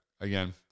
again